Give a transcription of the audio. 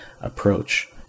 approach